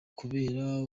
kubera